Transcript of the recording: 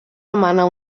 demanar